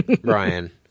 Brian